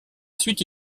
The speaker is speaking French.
suite